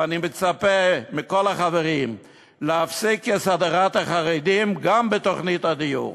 ואני מצפה מכל החברים להפסיק את הדרת החרדים גם בתוכנית הדיור.